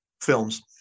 films